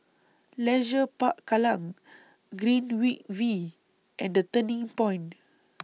Leisure Park Kallang Greenwich V and The Turning Point